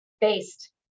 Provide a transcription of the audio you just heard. based